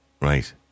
Right